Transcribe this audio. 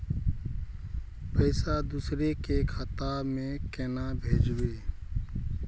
पैसा दूसरे के खाता में केना भेजबे?